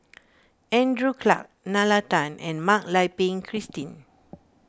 Andrew Clarke Nalla Tan and Mak Lai Peng Christine